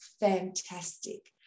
fantastic